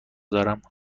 دارم